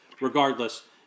regardless